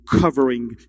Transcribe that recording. covering